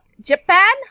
Japan